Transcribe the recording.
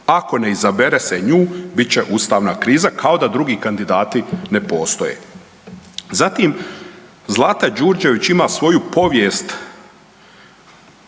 ako ne izabere se nju bit će ustavna kriza, kao da drugi kandidati ne postoje. Zatim, Zlata Đurđević ima svoju povijest